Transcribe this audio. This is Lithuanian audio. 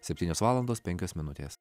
septynios valandos penkios minutės